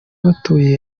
batuye